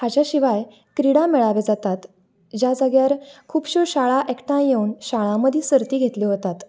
हाज्या शिवाय क्रिडा मेळावे जातात ज्या जाग्यार खुबश्यों शाळा एकठांय येवन शाळां मदीं सर्ती घेतल्यो वतात